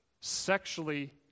sexually